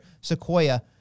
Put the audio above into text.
Sequoia